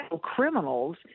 criminals